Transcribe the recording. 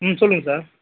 ம் சொல்லுங்கள் சார்